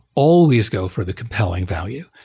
always go for the compelling value,